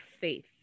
faith